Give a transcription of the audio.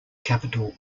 capital